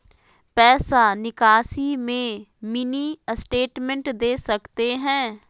पैसा निकासी में मिनी स्टेटमेंट दे सकते हैं?